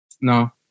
No